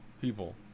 people